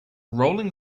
rolling